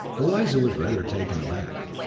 eliza was rather taken aback.